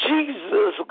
Jesus